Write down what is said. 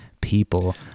people